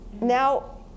now